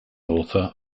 author